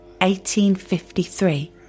1853